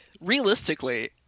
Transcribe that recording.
realistically